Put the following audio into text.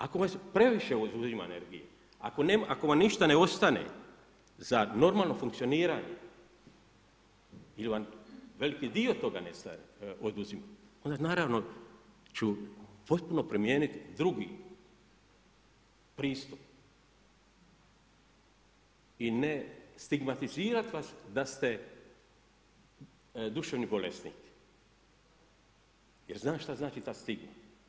Ako vam previše uzima energije, ako vam ništa ne ostane za normalno funkcioniranje ili vam veliki dio toga oduzima, onda naravno ću potpuno primijeniti drugi pristup i ne stigmatizirat vas da ste duševni bolesnik jer znam šta znači ta stigma.